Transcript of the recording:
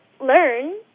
learn